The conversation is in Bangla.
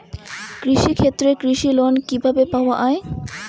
কৃষি ক্ষেত্রে কৃষি লোন কিভাবে পাওয়া য়ায়?